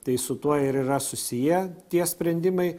tai su tuo ir yra susiję tie sprendimai